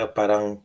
parang